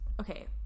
okay